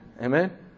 Amen